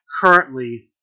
currently